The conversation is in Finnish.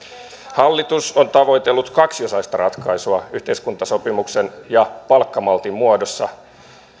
hallitus on tavoitellut kaksiosaista ratkaisua yhteiskuntasopimuksen ja palkkamaltin muodossa